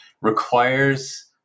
requires